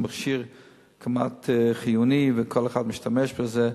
זה כמעט מכשיר חיוני, וכל אחד משתמש בזה.